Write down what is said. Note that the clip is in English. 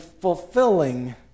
fulfilling